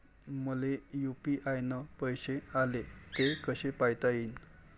मले यू.पी.आय न पैसे आले, ते कसे पायता येईन?